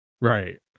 Right